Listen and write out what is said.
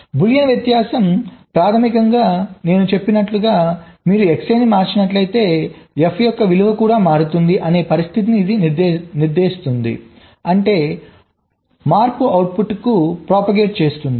Boolean వ్యత్యాసం ప్రాథమికంగా నేను చెప్పినట్లుగా మీరు Xi ని మార్చినట్లయితే f యొక్క విలువ కూడా మారుతుంది అనే పరిస్థితిని ఇది నిర్దేశిస్తుంది అంటే మార్పు అవుట్పుట్కు Propagate చేస్తుంది